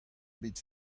bet